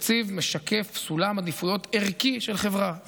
תקציב משקף סולם עדיפויות ערכי של חברה,